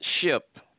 ship